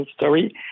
story